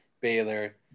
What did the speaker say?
Baylor